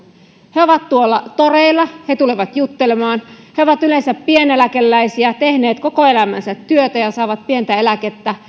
he ovat tuolla toreilla he tulevat juttelemaan he ovat yleensä pieneläkeläisiä tehneet koko elämänsä työtä ja saavat pientä eläkettä